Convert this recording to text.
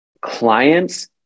clients